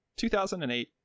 2008